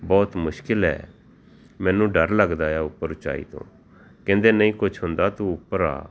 ਬਹੁਤ ਮੁਸ਼ਕਿਲ ਹੈ ਮੈਨੂੰ ਡਰ ਲੱਗਦਾ ਹੈ ਉੱਪਰ ਉੱਚਾਈ ਤੋਂ ਕਹਿੰਦੇ ਨਹੀਂ ਕੁਛ ਹੁੰਦਾ ਤੂੰ ਉੱਪਰ ਆ